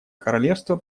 королевство